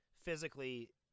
physically